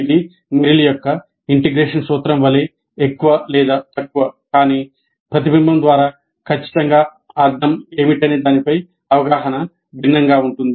ఇది మెర్రిల్ యొక్క ఇంటిగ్రేషన్ సూత్రం వలె ఎక్కువ లేదా తక్కువ కానీ ప్రతిబింబం ద్వారా ఖచ్చితంగా అర్థం ఏమిటనే దానిపై అవగాహన భిన్నంగా ఉంటుంది